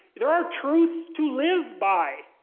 there are truths to live by!